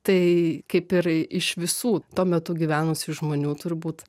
tai kaip ir iš visų tuo metu gyvenusių žmonių turbūt